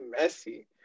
messy